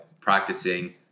practicing